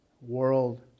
world